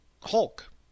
Hulk